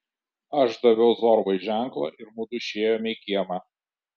aš daviau zorbai ženklą ir mudu išėjome į kiemą